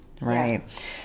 right